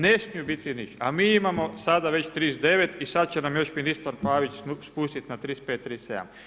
Ne smiju biti niže a mi imamo sada već 39 i sad će nam još ministar Pavić spustiti na 35, 37.